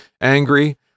angry